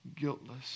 guiltless